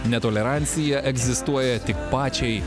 netolerancija egzistuoja tik pačiai